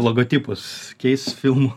logotipus keis filmų